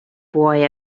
boy